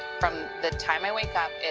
from the time i wake up,